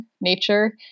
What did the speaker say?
nature